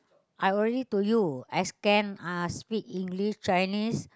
I already told you I scan uh speak English Chinese